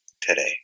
today